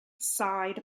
side